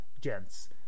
gents